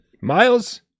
Miles